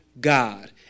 God